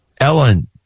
Ellen